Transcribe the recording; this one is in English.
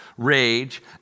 rage